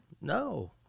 no